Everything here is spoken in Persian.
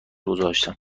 گذاشتم